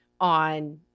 on